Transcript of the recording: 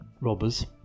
robbers